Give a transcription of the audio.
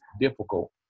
difficult